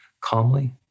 calmly